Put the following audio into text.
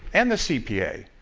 and the cpa,